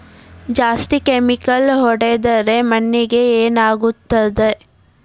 ಜಾಸ್ತಿ ಕೆಮಿಕಲ್ ಹೊಡೆದ್ರ ಮಣ್ಣಿಗೆ ಏನಾಗುತ್ತದೆ?